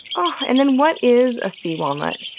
ah and then what is a sea walnut?